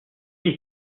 ils